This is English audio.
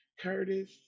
Curtis